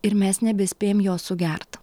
ir mes nebespėjam jo sugert